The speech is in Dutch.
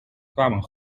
kwamen